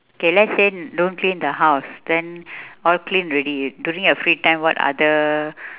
okay let's say don't clean the house then all clean already during your free time what other